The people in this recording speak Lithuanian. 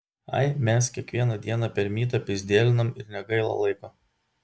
ai mes kiekvieną dieną per mytą pyzdėlinam ir negaila laiko